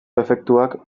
efektuak